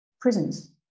prisons